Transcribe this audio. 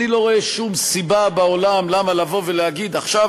אני לא רואה שום סיבה בעולם למה לבוא ולהגיד שעכשיו